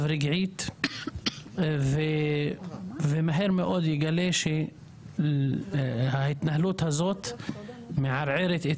רגעית ומהר מאוד הוא יגלה שההתנהלות הזאת מערערת את